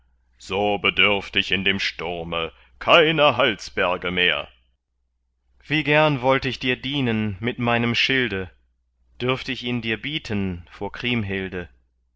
so bedürft ich in dem sturme keiner halsberge mehr wie gern wollt ich dir dienen mit meinem schilde dürft ich dir ihn bieten vor kriemhilde